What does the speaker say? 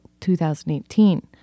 2018